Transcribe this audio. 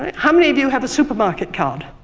how many of you have a supermarket card?